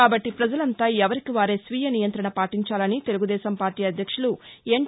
కాబట్లి ప్రజలంతా ఎవరికి వారే స్వీయ నియంతణ పాటించాలని తెలుగుదేశం పార్లీ అధ్యక్షులు ఎన్